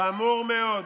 חמור מאוד,